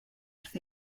wrth